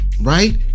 right